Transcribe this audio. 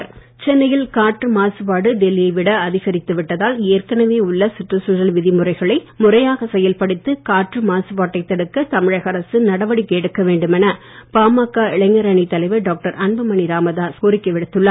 ராமதாஸ் சென்னையில் காற்று மாசுபாடு டெல்லியை விட அதிகரித்து விட்டதால் ஏற்கனவே உள்ள சுற்றுச்சூழல் விதிமுறைகளை முறையாக செயல்படுத்தி காற்று மாசுபாட்டை தடுக்க தமிழக அரசு நடவக்கை எடுக்க வேண்டும் என பாமக இளைஞர் அணி தலைவர் டாக்டர் அன்புமணி ராமதாஸ் கோரி உள்ளார்